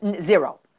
zero